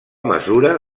mesura